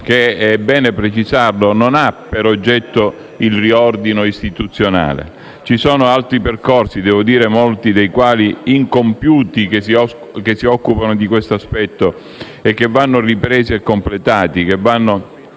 che - è bene precisarlo - non ha per oggetto il riordino istituzionale. Vi sono altri percorsi, molti dei quali incompiuti, che si occupano di questo aspetto e che vanno ripresi e completati. Essi vanno